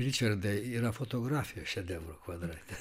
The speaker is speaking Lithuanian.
ričardai yra fotografijos šedevrų kvadrate